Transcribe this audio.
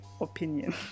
opinion